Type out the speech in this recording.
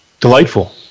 Delightful